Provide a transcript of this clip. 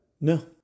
No